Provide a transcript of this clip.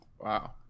wow